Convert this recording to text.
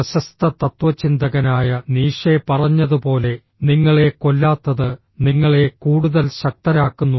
പ്രശസ്ത തത്വചിന്തകനായ നീഷെ പറഞ്ഞതുപോലെ നിങ്ങളെ കൊല്ലാത്തത് നിങ്ങളെ കൂടുതൽ ശക്തരാക്കുന്നു